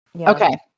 Okay